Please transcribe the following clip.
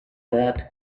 that